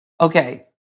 Okay